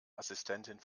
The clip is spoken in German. assistentin